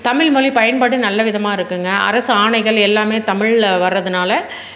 தமிழ்மொழி பயன்பாடு நல்லவிதமாக இருக்குங்க அரசு ஆணைகள் எல்லாமே தமிழில் வர்றதுனால்